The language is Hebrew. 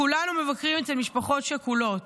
כולנו מבקרים אצל משפחות שכולות,